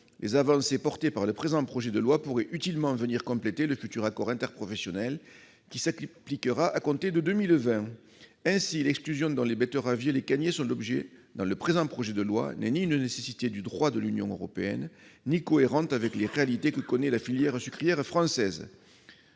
les avancées contenues dans le présent projet de loi pourraient venir compléter utilement le futur accord interprofessionnel qui s'appliquera à compter de 2020. Ainsi, l'exclusion dont les betteraviers et les canniers font l'objet dans le présent projet de loi n'est pas une nécessité au regard du droit de l'Union européenne et elle n'est pas cohérente avec les réalités que connaît la filière sucrière française.